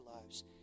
lives